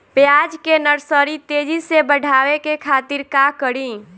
प्याज के नर्सरी तेजी से बढ़ावे के खातिर का करी?